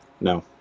No